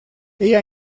ella